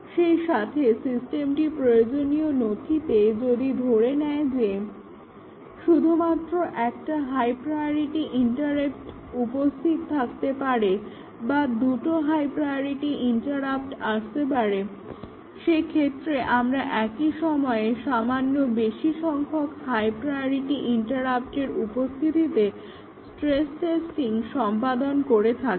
সেইসাথে সিস্টেমটি প্রয়োজনীয় নথিতে যদি ধরে নেয় যে শুধুমাত্র একটা হাই প্রায়োরিটি ইন্টারাপ্ট উপস্থিত আসতে পারে বা দুটো হাই প্রায়োরিটি ইন্টারাপ্ট আসতে পারে সেক্ষেত্রে আমরা একই সময়ে সামান্য বেশি সংখ্যক হাই প্রায়রিটি ইন্টারাপ্টের উপস্থিতিতে স্ট্রেস টেস্টিং সম্পাদন করে থাকি